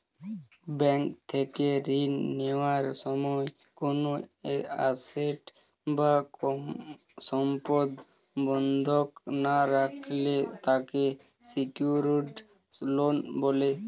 bank থেকে ঋণ নেওয়ার সময় কোনো অ্যাসেট বা সম্পদ বন্ধক না রাখলে তাকে সিকিউরড লোন বলে